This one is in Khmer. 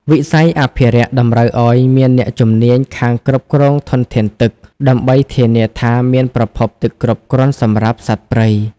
វិស័យអភិរក្សតម្រូវឱ្យមានអ្នកជំនាញខាងគ្រប់គ្រងធនធានទឹក ដើម្បីធានាថាមានប្រភពទឹកគ្រប់គ្រាន់សម្រាប់សត្វព្រៃ។